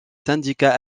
syndicats